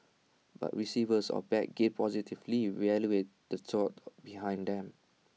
but receivers of bad gifts positively evaluated the thought behind them